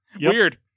weird